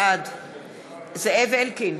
בעד זאב אלקין,